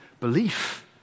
belief